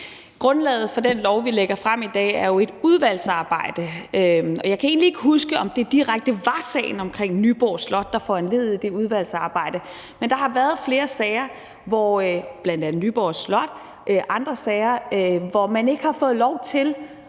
Grundlaget for det lovforslag, vi lægger frem i dag, er jo et udvalgsarbejde, og jeg kan egentlig ikke huske, om det direkte var sagen omkring Nyborg Slot, der foranledigede det udvalgsarbejde, men der har været flere sager, hvor man ikke har fået lov til